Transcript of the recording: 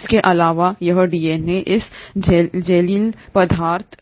इसके अलावा यह डीएनए इस जेलीइल पदार्थ